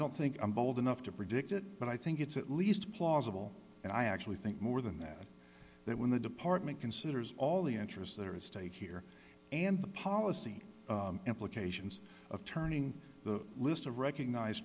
don't think i'm bold enough to predict it but i think it's at least plausible and i actually think more than that that when the department considers all the interests that are at stake here and the policy implications of turning the list of recognized